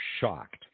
shocked